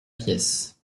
pièce